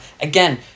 again